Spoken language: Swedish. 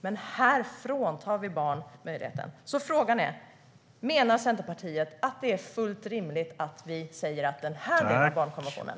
Men här fråntar vi barn möjligheten. Menar Centerpartiet att det är fullt rimligt att vi säger att vi struntar i den delen av barnkonventionen?